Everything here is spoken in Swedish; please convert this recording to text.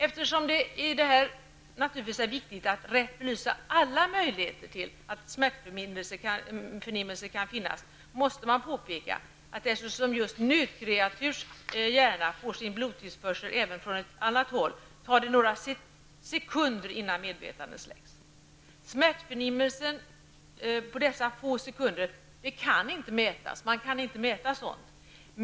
Eftersom det är viktigt att rätt belysa alla möjligheter till smärtförnimmelser, måste det påpekas att eftersom just nötkreaturs hjärna får sin blodtillförsel från ytterligare ett håll, tar det några sekunder innan medvetandet har släckts. Smärtförnimmelsen under dessa få sekunder kan inte mätas.